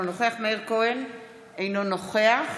אינו נוכח